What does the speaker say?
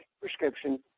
prescription